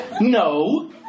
No